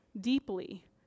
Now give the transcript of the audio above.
deeply